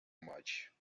much